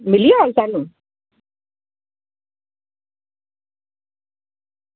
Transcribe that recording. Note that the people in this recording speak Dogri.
मिली जाह्ग स्हानू